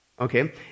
Okay